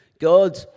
God